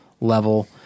level